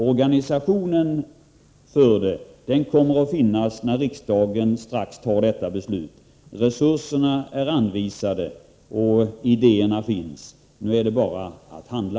Organisationen för det kommer att finnas när riksdagen strax har tagit sitt beslut. Resurserna är anvisade, och idéerna finns. Nu är det bara att handla.